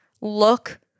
Look